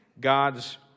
God's